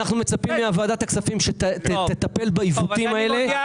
שאנחנו מצפים שוועדת הכספים תטפל בעיוותים האלה.